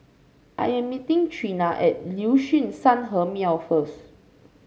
I am meeting Treena at Liuxun Sanhemiao first